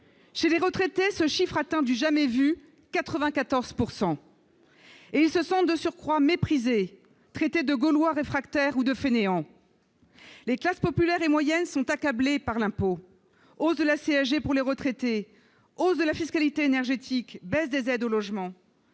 Chez les retraités, ce chiffre atteint du jamais vu : 94 %. Et ils se sentent, de surcroît, méprisés, traités de « Gaulois réfractaires » ou de « fainéants ». Les classes populaires et moyennes sont accablées par l'impôt : hausse de la CSG pour les retraités, hausse de la fiscalité énergétique, baisse des aides au logement,